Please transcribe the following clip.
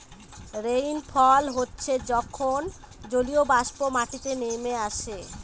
rainfall হচ্ছে যখন জলীয়বাষ্প মাটিতে নেমে আসে